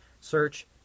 search